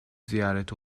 ziyaret